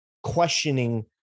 questioning